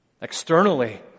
Externally